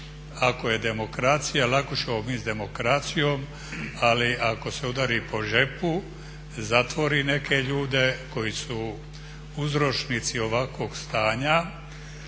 ako je demokracija, lako ćemo mi s demokracijom, ali ako se udari po džepu, zatvori neke ljude koji su uzročnici ovakvog stanja